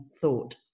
thought